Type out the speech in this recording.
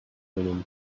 women